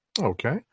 Okay